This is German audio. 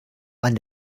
wann